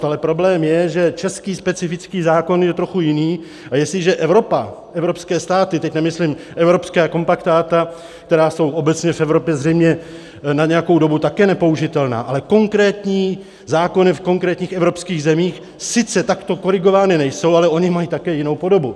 Ale problém je, že český specifický zákon je trochu jiný, a jestliže Evropa, evropské státy, teď nemyslím evropská kompaktáta, která jsou obecně v Evropě zřejmě na nějakou dobu také nepoužitelná, ale konkrétní zákony v konkrétních evropských zemích sice takto korigovány nejsou, ale ony mají také jinou podobu.